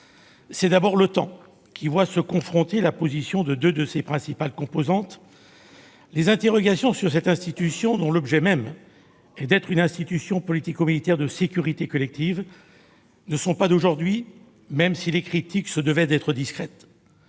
C'est d'abord l'OTAN qui voit se confronter les positions de deux de ses principales composantes. Les interrogations sur cette institution, dont l'objet même est d'être une instance politico-militaire de sécurité collective, ne datent pas d'aujourd'hui, même si les critiques se devaient jusqu'à présent